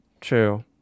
true